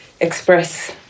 express